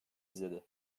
izledi